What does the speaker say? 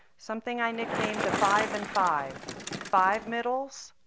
something i nicknamed a five and five five middle,